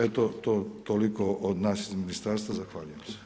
Eto toliko od nas iz Ministarstva zahvaljujem se.